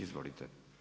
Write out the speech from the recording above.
Izvolite.